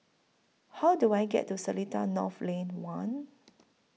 How Do I get to Seletar North Lane one